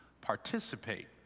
participate